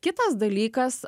kitas dalykas